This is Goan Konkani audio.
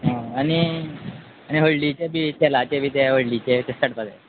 आं आनी आनी हळडीचे बी तेलाचे बी ते हळडीचे तशे काडपा जाय